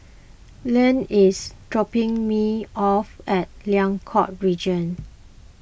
Leann is dropping me off at Liang Court Region